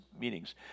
meetings